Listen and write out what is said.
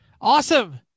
Awesome